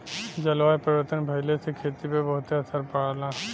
जलवायु परिवर्तन भइले से खेती पे बहुते असर पड़ला